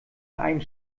einen